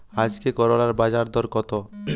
আজকে করলার বাজারদর কত?